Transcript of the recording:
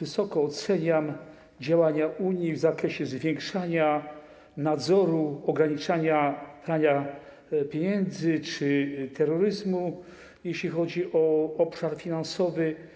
wysoko oceniam działania Unii w zakresie zwiększania nadzoru, ograniczania prania pieniędzy czy terroryzmu, jeśli chodzi o obszar finansowy.